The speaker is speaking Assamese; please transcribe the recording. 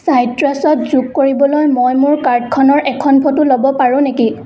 চাইট্ৰাছত যোগ কৰিবলৈ মই মোৰ কাৰ্ডখনৰ এখন ফটো ল'ব পাৰোঁ নেকি